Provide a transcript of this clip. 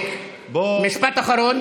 משפט אחרון.